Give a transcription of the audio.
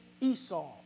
Esau